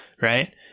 right